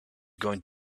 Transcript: going